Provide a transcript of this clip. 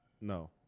No